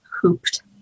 hooped